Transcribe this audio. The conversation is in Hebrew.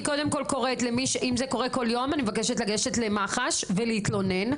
אם זה קורה כל יום אני מבקשת לגשת למח"ש ולהתלונן.